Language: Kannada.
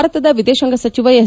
ಭಾರತದ ವಿದೇಶಾಂಗ ಸಚಿವ ಎಸ್